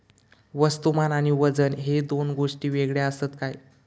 वस्तुमान आणि वजन हे दोन गोष्टी वेगळे आसत काय?